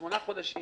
שמונה חודשים